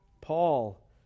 Paul